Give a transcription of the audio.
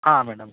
ಹಾಂ ಮೇಡಮ್